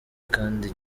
kandi